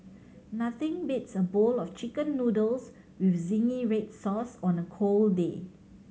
nothing beats a bowl of Chicken Noodles with zingy red sauce on a cold day